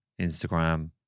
Instagram